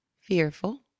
fearful